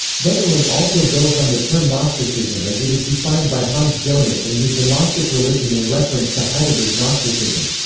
voegelin also builds on the term gnosticism as it is defined by hans jonas in his the gnostic religion in reference to heidegger's gnosticism.